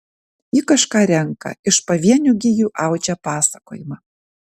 ji kažką renka iš pavienių gijų audžia pasakojimą